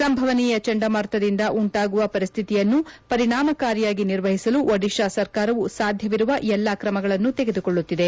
ಸಂಭವನೀಯ ಚಂಡಮಾರುತದಿಂದ ಉಂಟಾಗುವ ಪರಿಸ್ತಿತಿಯನ್ನು ಪರಿಣಾಮಕಾರಿಯಾಗಿ ನಿರ್ವಹಿಸಲು ಒಡಿಶಾ ಸರ್ಕಾರವು ಸಾಧ್ಯವಿರುವ ಎಲ್ಲ ಕ್ರಮಗಳನ್ನು ತೆಗೆದುಕೊಳ್ಳುತ್ತಿದೆ